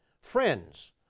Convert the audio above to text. Friends